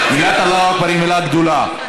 מילת אללה אכבר היא מילה גדולה,